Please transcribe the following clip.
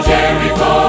Jericho